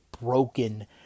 broken